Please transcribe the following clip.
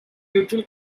neutral